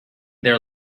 their